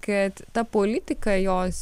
kad ta politika jos